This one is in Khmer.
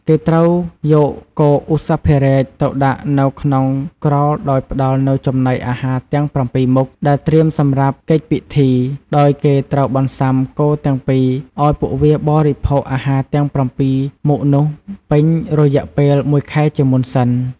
គេត្រូវយក គោឧសភរាជទៅដាក់នៅក្នុងក្រោលដោយផ្ដល់នូវចំណីអាហារទាំង ៧មុខ ដែលត្រៀមសម្រាប់កិច្ចពិធី ដោយគេត្រូវបន្សាំគោទាំងពីរឱ្យពួកវាបរិភោគអាហារទាំង៧មុខនោះពេញរយៈពេល ១ខែជាមុនសិន។